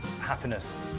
Happiness